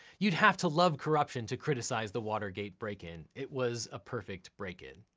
you'd have to love corruption to criticize the watergate break-in. it was a perfect break-in.